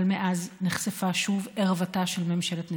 אבל מאז נחשפה שוב ערוותה של ממשלת נתניהו,